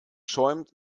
schäumt